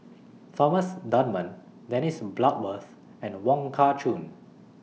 Thomas Dunman Dennis Bloodworth and Wong Kah Chun